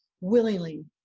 willingly